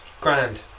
grand